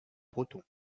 proton